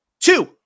Two